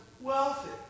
wealthy